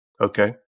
Okay